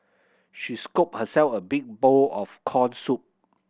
she scooped herself a big bowl of corn soup